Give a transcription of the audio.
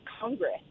Congress